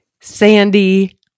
Sandy